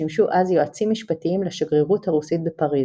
ששימשו אז יועצים משפטיים לשגרירות הרוסית בפריז.